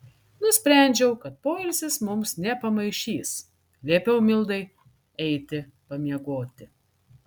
nusprendžiau kad poilsis mums nepamaišys liepiau mildai eiti pamiegoti